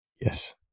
Yes